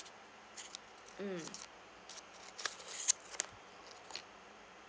mm